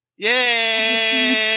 Yay